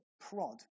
prod